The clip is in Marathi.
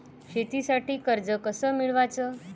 शेतीसाठी कर्ज कस मिळवाच?